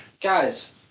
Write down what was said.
Guys